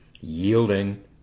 yielding